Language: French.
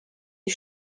des